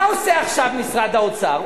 מה עושה עכשיו משרד האוצר?